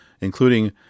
including